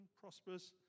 prosperous